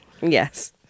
Yes